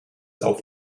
auf